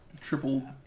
Triple